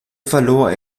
verlor